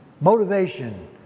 motivation